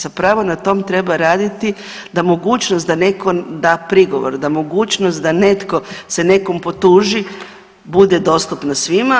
Zapravo na tom treba raditi da mogućnost da netko da prigovor, da mogućnost da netko se nekom potuži bude dostupna svima.